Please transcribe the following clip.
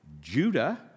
Judah